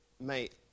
mate